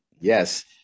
Yes